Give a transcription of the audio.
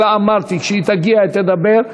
שלה אמרתי שכשהיא תגיע היא תדבר,